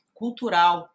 cultural